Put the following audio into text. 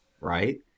right